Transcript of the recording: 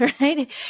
right